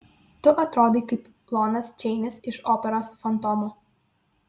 tu atrodai kaip lonas čeinis iš operos fantomo